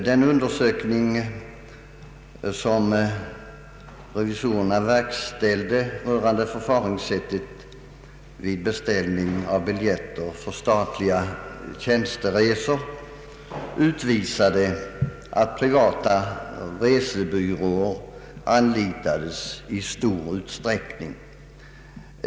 Den undersökning som revisorerna verkställde rörande förfaringssättet vid beställning av biljetter för statliga tjänsteresor utvisade att privata resebyråer anlitades i stor utsträckning.